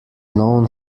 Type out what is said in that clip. known